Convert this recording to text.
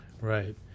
right